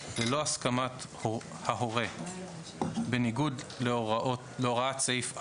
ללא הסכמת הורהו בניגוד להוראת סעיף 4א,